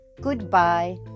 Goodbye